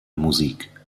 musik